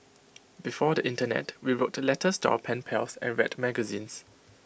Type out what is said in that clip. before the Internet we wrote letters to our pen pals and read magazines